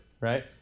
Right